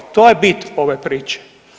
To je bit ove priče.